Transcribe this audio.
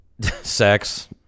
sex